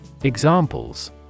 Examples